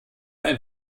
ein